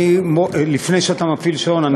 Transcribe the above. לפני שאתה מפעיל שעון,